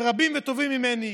וגם רבים וטובים ממני,